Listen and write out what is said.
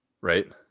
Right